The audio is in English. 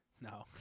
No